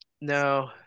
No